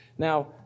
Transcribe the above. Now